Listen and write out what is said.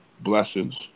Blessings